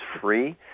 free